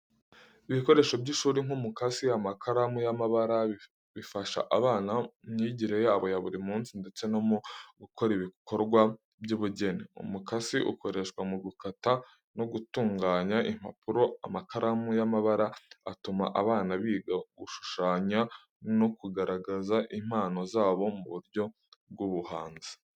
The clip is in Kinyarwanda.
Ibikoresho by’ishuri nk’umukasi, amakaramu y’amabara bifasha abana mu myigire yabo ya buri munsi ndetse no mu gukora ibikorwa by’ubugeni. Umukasi ukoreshwa mu gukata no gutunganya impapuro, amakaramu y’amabara atuma abana biga gushushanya no kugaragaza impano zabo mu buryo bw’ubuhanzi.